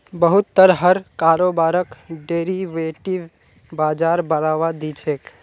बहुत तरहर कारोबारक डेरिवेटिव बाजार बढ़ावा दी छेक